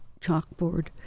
chalkboard